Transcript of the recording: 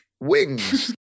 wings